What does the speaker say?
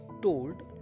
told